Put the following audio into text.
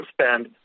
spend